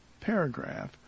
paragraph